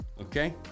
Okay